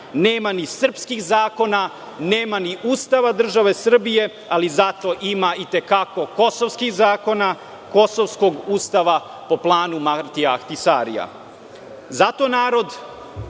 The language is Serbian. nema ni srpskih zakona, nema ni Ustava države Srbije, ali zato ima i te kako kosovskih zakona, kosovskog ustava po planu Martija Ahtisarija. Zato narod